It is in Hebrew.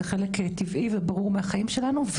זה חלק טבעי וברור מהחיים שלנו,